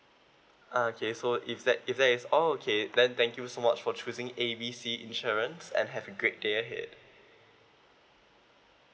ah okay so if that if that is all okay then thank you so much for choosing A B C insurance and have a great day ahead